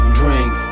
drink